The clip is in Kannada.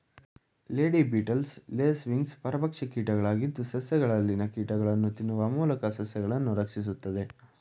ಲೇಡಿ ಬೀಟಲ್ಸ್, ಲೇಸ್ ವಿಂಗ್ಸ್ ಪರಭಕ್ಷ ಕೀಟಗಳಾಗಿದ್ದು, ಸಸ್ಯಗಳಲ್ಲಿನ ಕೀಟಗಳನ್ನು ತಿನ್ನುವ ಮೂಲಕ ಸಸ್ಯಗಳನ್ನು ರಕ್ಷಿಸುತ್ತದೆ